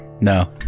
No